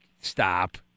Stop